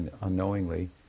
unknowingly